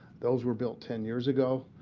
those were built ten years ago.